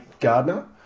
Gardner